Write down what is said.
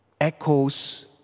echoes